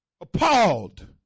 Appalled